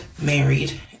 married